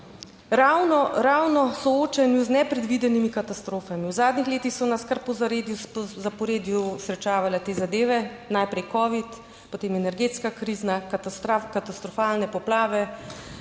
ravno soočanju z nepredvidenimi katastrofami, v zadnjih letih so nas kar po zaporedju srečevale te zadeve, najprej covid, potem energetska kriza, katastrofalne poplave,